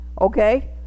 okay